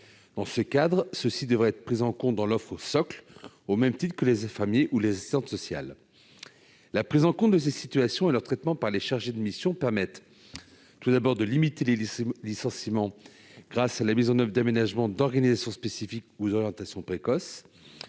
Dans ce cadre, ils devraient être pris en compte dans l'offre socle, tout comme les infirmiers ou les assistantes sociales. La prise en compte de ces situations et leur traitement par les chargés de mission permettent de limiter les licenciements grâce à la mise en oeuvre d'aménagements, d'organisations spécifiques ou d'orientations précoces,